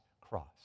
cross